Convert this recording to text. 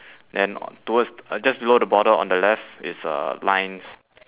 then on towards uh just below the border on the left is uh lines